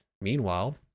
Meanwhile